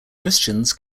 christians